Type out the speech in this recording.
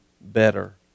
better